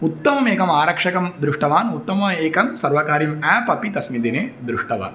उत्तममेकम् आरक्षकं दृष्टवान् उत्तमम् एकं सर्वकार्यं आप् अपि तस्मिन् दिने दृष्टवान्